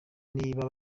niba